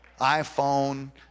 iPhone